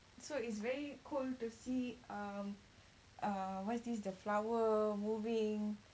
so it's very cool to see um err what is this the flower moving